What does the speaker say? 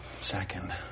second